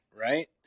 right